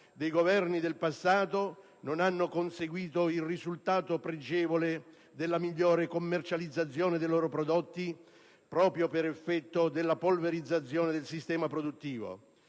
dei Governi del passato, non hanno conseguito il risultato pregevole della migliore commercializzazione dei loro prodotti proprio per effetto della polverizzazione del sistemo produttivo.